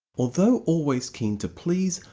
although always keen to please,